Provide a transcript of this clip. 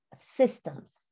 systems